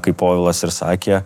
kaip povilas ir sakė